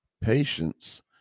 patience